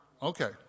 Okay